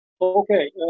Okay